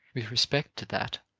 with respect to that,